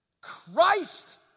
Christ